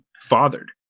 fathered